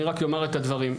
אני רק אומר את הדברים,